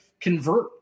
convert